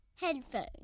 Headphones